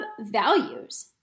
values